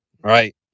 right